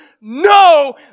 no